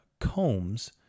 combs